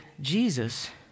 Jesus